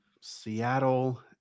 Seattle